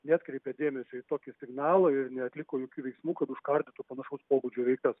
neatkreipė dėmesio į tokį signalą ir neatliko jokių veiksmų kad užkardytų panašaus pobūdžio veikas